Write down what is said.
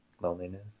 Loneliness